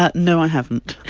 ah no, i haven't.